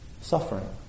Suffering